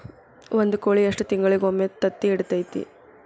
ಒಂದ್ ಕೋಳಿ ಎಷ್ಟ ತಿಂಗಳಿಗೊಮ್ಮೆ ತತ್ತಿ ಇಡತೈತಿ?